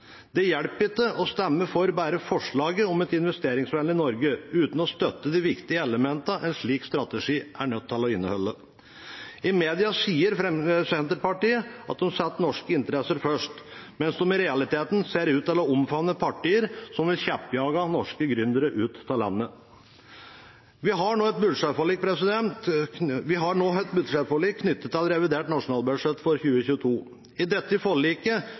Det hjelper ikke å stemme for forslaget om et investeringsvennlig Norge uten å støtte de viktige elementene en slik strategi er nødt til å inneholde. I media sier Senterpartiet at de setter norske interesser først, mens de i realiteten ser ut til å omfavne partier som vil kjeppjage norske gründere ut av landet. Vi har nå et budsjettforlik knyttet til revidert nasjonalbudsjett for 2022. I dette forliket